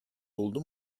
oldu